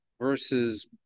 versus